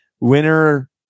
Winner